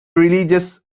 religious